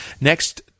Next